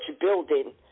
building